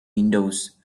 windows